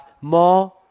more